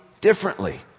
differently